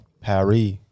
Paris